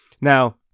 Now